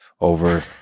over